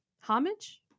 Homage